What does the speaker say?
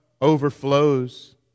overflows